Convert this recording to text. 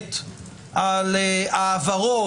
ששולט על ההעברות,